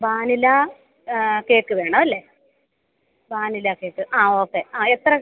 vanilla cake വേണം അല്ലേ vanilla cake ആ ഓക്കെ ആ എത്ര